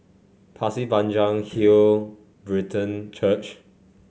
Pasir Panjang Hill Brethren Church